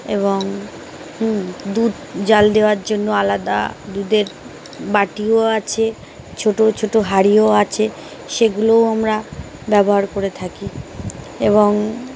এবং দুধ জাল দেওয়ার জন্য আলাদা দুধের বাটিও আছে ছোটো ছোটো হাড়িও আছে সেগুলোও আমরা ব্যবহার করে থাকি এবং